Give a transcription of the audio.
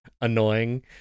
annoying